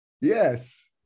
Yes